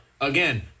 Again